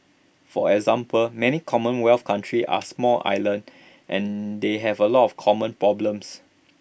for example many commonwealth countries are small islands and they have A lot of common problems